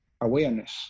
awareness